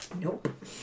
Nope